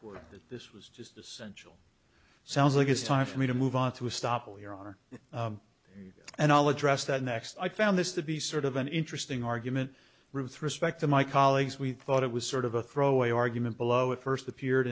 court that this was just essential sounds like it's time for me to move on to stop your honor and i'll address that next i found this to be sort of an interesting argument ruth respect to my colleagues we thought it was sort of a throw away argument below it first appeared